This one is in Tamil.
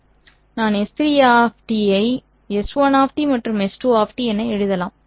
நான் S3 ஐ S1 மற்றும் S2 என எழுதலாம்